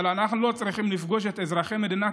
אבל אנחנו לא צריכים לפגוש את אזרחי מדינת